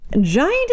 Giant